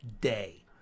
day